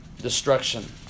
destruction